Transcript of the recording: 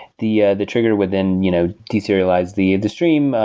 the ah the trigger would then you know de-serialize the and stream,